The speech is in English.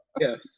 Yes